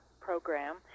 program